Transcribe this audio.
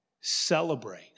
celebrate